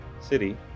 city